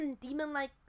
demon-like